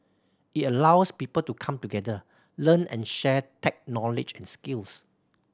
it allows people to come together learn and share tech knowledge and skills